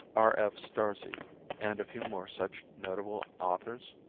r. f. starzl, and a few more such notable authors?